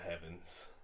heavens